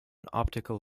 optical